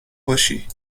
باشی